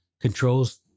controls